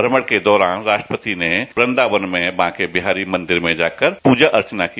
भ्रमण के दौरान राष्ट्रपति ने वृंदावन में बांके बिहारी मंदिर में जाकर प्रजा अर्चना की